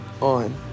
on